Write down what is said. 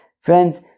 Friends